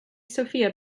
sophia